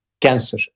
cancer